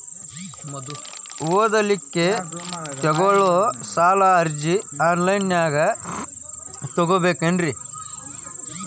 ಓದಲಿಕ್ಕೆ ತಗೊಳ್ಳೋ ಸಾಲದ ಅರ್ಜಿ ಆನ್ಲೈನ್ದಾಗ ತಗೊಬೇಕೇನ್ರಿ?